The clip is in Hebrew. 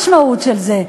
מה המשמעות של זה?